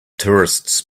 tourists